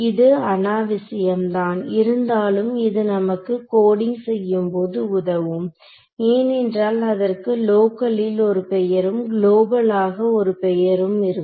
இது அனாவசியம் தான் இருந்தாலும் இது நமக்கு கோடிங் செய்யும்போது உதவும் ஏனென்றால் அதற்கு லோக்கலில் ஒரு பெயரும் குளோபல் ஆக ஒரு பெயரும் இருக்கும்